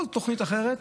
כל תוכנית אחרת,